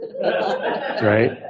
Right